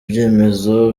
ibyemezo